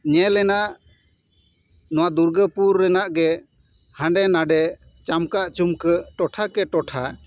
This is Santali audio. ᱧᱮᱞᱮᱱᱟ ᱱᱚᱣᱟ ᱫᱩᱨᱜᱟᱹᱯᱩᱨ ᱨᱮᱱᱟᱜ ᱜᱮ ᱦᱟᱸᱰᱮ ᱱᱟᱸᱰᱮ ᱪᱟᱢᱠᱟᱜ ᱪᱩᱢᱠᱟᱹᱜ ᱴᱚᱴᱷᱟ ᱠᱮ ᱴᱚᱴᱷᱟ